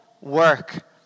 work